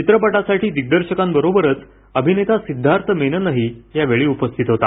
चित्रपटासाठी दिग्दर्शकांबरोबरच अभिनेता सिद्धार्थ मेननही या वेळी उपस्थित होता